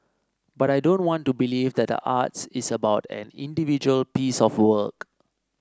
but I don't want to believe that the arts is about an individual piece of work